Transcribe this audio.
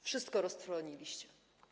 Wszystko roztrwoniliście.